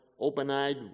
open-eyed